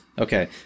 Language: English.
Okay